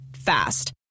fast